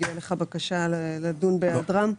הגיעה אליך בקשה לדון בהיעדרם.